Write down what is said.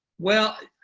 well,